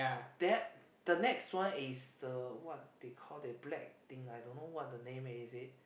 there the next one is the what they call the black thing I don't know what the name is it